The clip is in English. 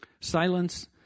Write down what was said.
Silence